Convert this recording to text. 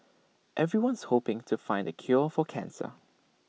everyone's hoping to find the cure for cancer